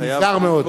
נזהר מאוד.